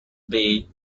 bay